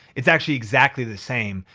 it's actually exactly the same.